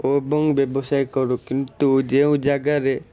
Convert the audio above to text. ଓ ଏବଂ ବ୍ୟବସାୟ କରୁ କିନ୍ତୁ ଯେଉଁ ଜାଗାରେ